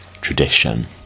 tradition